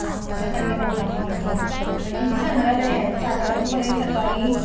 आमच्यासारख्या लोकांना होतो तर ही जी संग्रहालय आहेत साधारणपणे सकाळी